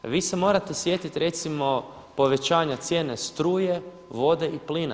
Vi se morate sjetiti recimo povećanja cijene struje, vode i plina.